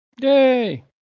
yay